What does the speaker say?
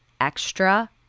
Extra